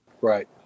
Right